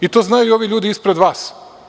I to znaju i ovi ljudi ispred vas.